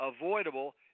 avoidable